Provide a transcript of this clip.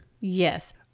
Yes